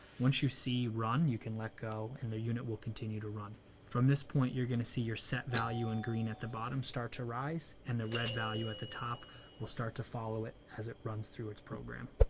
once you see run you can let go and the unit will continue to run from this point you're gonna see your set value in green at the bottom start to rise and the red value at the top will start to follow it as it runs through its program.